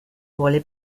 vuole